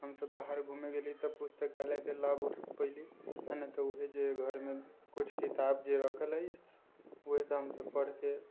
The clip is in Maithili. हमसब बाहर घुमै गेली तऽ पुस्तकालयके लाभ उठा पएली आओर नहि तऽ वएह जे घरमे किछु किताब जे रखल हइ ओहिसँ हमसब पढ़िके